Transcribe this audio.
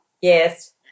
yes